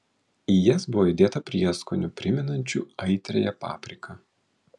į jas buvo įdėta prieskonių primenančių aitriąją papriką